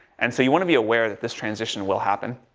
and so you want to be aware that this transition will happen.